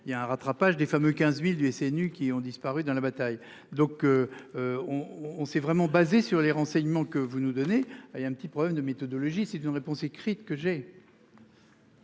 il y a un rattrapage des femmes 15.000 du SNU, qui ont disparu dans la bataille. Donc. On on s'est vraiment basé sur les renseignements que vous nous donnez il y a un petit problème de méthodologie si une réponse écrite que j'ai.